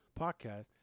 podcast